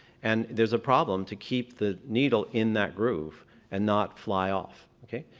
and there's a problem to keep the needle in that groove and not fly off, okay?